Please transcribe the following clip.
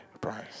price